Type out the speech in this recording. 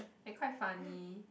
they quite funny